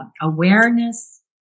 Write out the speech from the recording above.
awareness